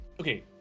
okay